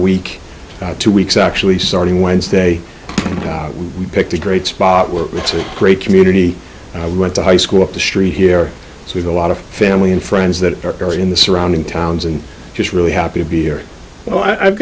week two weeks actually starting wednesday we picked a great spot we're it's a great community and i went to high school up the street here with a lot of family and friends that are in the surrounding towns and just really happy to be here oh i've